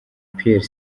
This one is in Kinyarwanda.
pierre